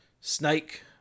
Snake